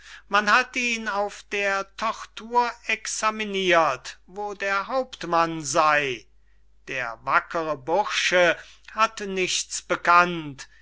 man hat ihn auf der tortur examinirt wo der hauptmann sey der wackere bursche hat nichts bekannt